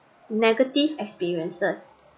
negative experiences